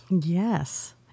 Yes